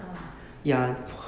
ah